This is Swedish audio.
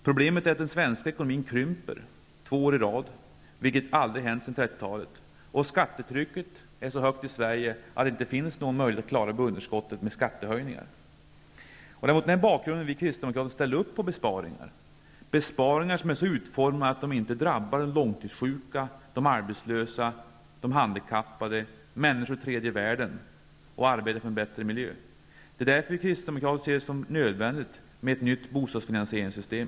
Problemet är att den svenska ekonomin nu har krympt två år i rad, vilket inte har hänt sedan 30-talet, och skattetrycket i Sverige är så högt att det inte finns någon möjlighet att klara budgetunderskottet med skattehöjningar. Det är därför vi kristdemokrater ställer upp på besparingar -- besparingar som är så utformade att de inte drabbar de långtidssjuka, de arbetslösa, de handikappade, människorna i tredje världen och arbetet för en bättre miljö. Det är därför vi kristdemokrater anser det vara nödvändigt med ett nytt bostadsfinansieringssystem.